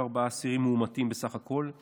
אסירים מאומתים בסך הכול.